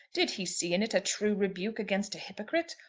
did he see in it a true rebuke against a hypocrite,